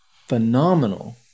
phenomenal